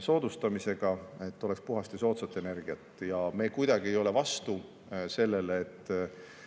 soodustamisega, et oleks puhast ja soodsat energiat, ja me kuidagi ei ole vastu sellele, et